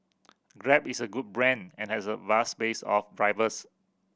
grab is a good brand and has a vast base of drivers